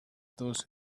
those